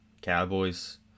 Cowboys